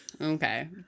okay